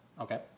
Okay